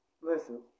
Listen